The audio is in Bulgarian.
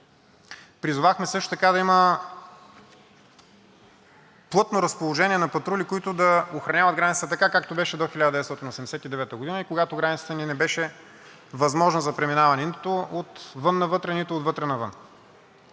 Призовахме също така да има плътно разположение на патрули, които да охраняват границата така, както беше до 1989 г., когато границата ни не беше възможна за преминаване нито отвън навътре, нито отвътре навън.